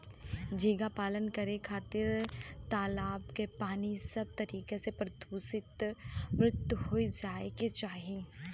झींगा पालन करे खातिर तालाब के पानी सब तरीका से प्रदुषण मुक्त होये के चाही